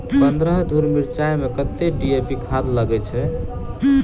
पन्द्रह धूर मिर्चाई मे कत्ते डी.ए.पी खाद लगय छै?